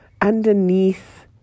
underneath